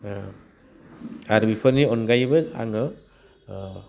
आरो बेफोरनि अनगायैबो आङो